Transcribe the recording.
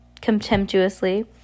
contemptuously